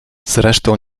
zresztą